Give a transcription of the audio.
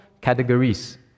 categories